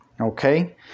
Okay